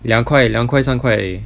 两块两块三块而已